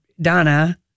Donna